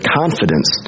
confidence